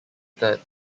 third